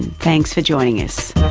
thanks for joining us